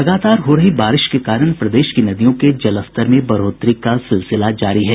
लगातार हो रही बारिश के कारण प्रदेश की नदियों के जलस्तर में बढ़ोतरी का सिलसिला जारी है